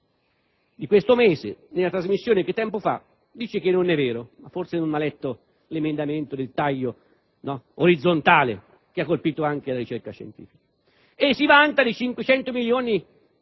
di questo mese, nella trasmissione «Che tempo che fa», dice che non è vero - ma forse non ha letto l'emendamento del taglio orizzontale, che ha colpito anche la ricerca scientifica - e si vanta di 500 milioni di